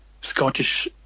Scottish